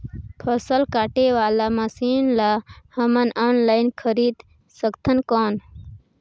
फसल काटे वाला मशीन ला हमन ऑनलाइन खरीद सकथन कौन?